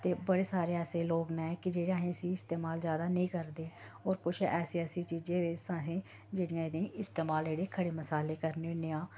ते बड़े सारे ऐसे लोग न कि जेह्ड़े असें इसी इस्तेमाल जादा नेईं करदे होर कुछ ऐसी ऐसी चीजें बिच्च असें जेह्ड़े इस्तेमाल जेह्ड़े खड़े मसाले करने होन्ने आं